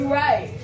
right